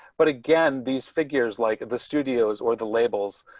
but again, these figures like the studios, or the labels,